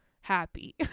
happy